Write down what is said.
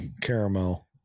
caramel